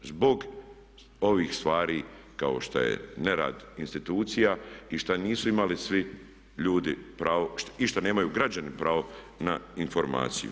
Zbog ovih stvari kao što je nerad institucija i što nisu imali svi ljudi pravo i što nemaju građani pravo na informaciju.